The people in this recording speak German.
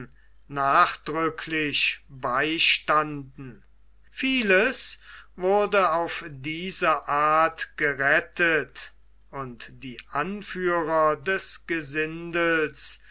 nachdrücklich beistanden vieles wurde auf diese art gerettet und die anführer des gesindels